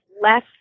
less